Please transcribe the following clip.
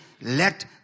let